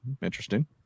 interesting